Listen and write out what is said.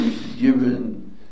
given